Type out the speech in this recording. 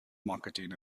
marketing